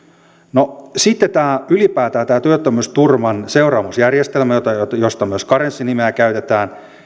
no sitten ylipäätään tätä työttömyysturvan seuraamusjärjestelmää josta myös karenssi nimeä käytetään